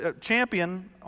champion